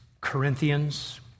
Corinthians